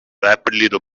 rapidly